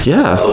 Yes